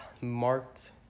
marked